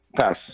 Pass